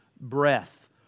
breath